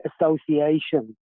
Association